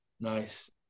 Nice